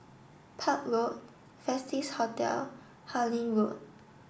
Park Road Hotel Harlyn Road